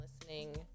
listening